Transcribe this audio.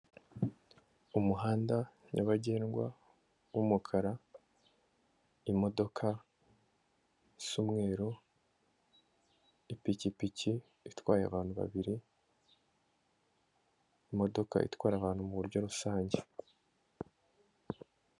Umuhanda nyabagendwa w'umukara, imodoka isa umweru, ipikipiki itwaye abantu babiri, imodoka itwara abantu mu buryo rusange.